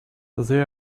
they